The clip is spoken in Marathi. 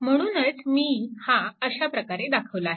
म्हणूनच मी हा अशा प्रकारे दाखवला आहे